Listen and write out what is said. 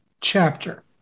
chapter